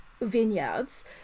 vineyards